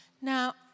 Now